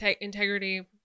integrity